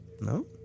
No